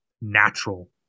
natural